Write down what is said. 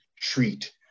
treat